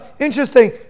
Interesting